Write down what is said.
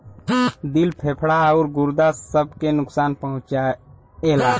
दिल फेफड़ा आउर गुर्दा सब के नुकसान पहुंचाएला